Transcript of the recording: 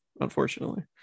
unfortunately